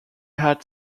had